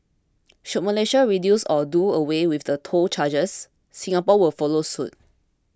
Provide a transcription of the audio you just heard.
should Malaysia reduce or do away with the toll charges Singapore will follow suit